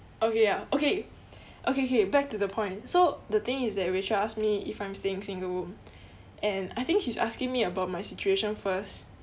okay ya okay okay K back to the point so the thing is that rachel ask me if I'm staying single room and I think she's asking me about my situation first